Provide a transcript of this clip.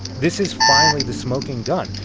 this is finally the smoking gun,